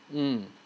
mm